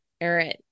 erin